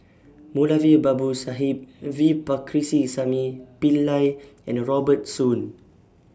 Moulavi Babu Sahib V Pillai and Robert Soon